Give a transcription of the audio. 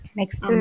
next